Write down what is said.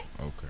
Okay